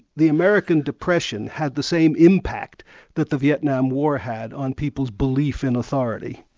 the american depression had the same impact that the vietnam war had on people's belief in authority.